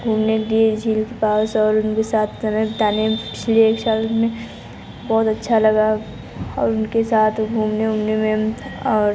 घूमने गए झील के पास और उनके साथ तरह ताने बहुत अच्छा लगा और उनके साथ घूमने उमने में और